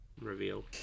reveal